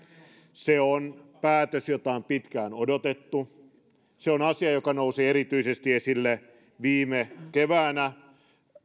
se on päätös jota on pitkään odotettu se on asia joka nousi erityisesti esille viime keväänä